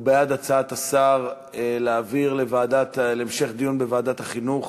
הוא בעד הצעת השר להעביר את ההצעה להמשך דיון בוועדת החינוך,